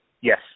Yes